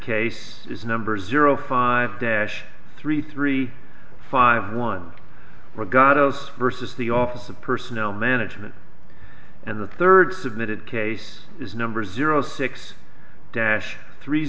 case is number zero five dash three three five one or got us versus the office of personnel management and the third submitted case is number zero six dash three